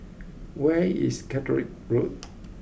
where is Caterick Road